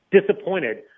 disappointed